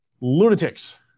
lunatics